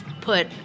put